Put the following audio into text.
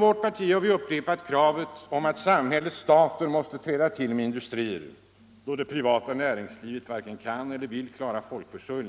Vårt parti har upprepade gånger krävt att samhället-staten skall träda till med industrier, eftersom det privata näringslivet varken kan eller vill klara folkförsörjningen.